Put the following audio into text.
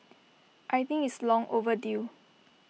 I think it's long overdue